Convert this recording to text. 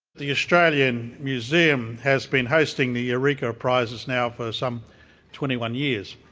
the australian museum has been hosting the eureka prizes now for some twenty one years.